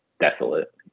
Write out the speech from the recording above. desolate